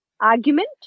argument